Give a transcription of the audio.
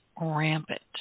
rampant